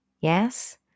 yes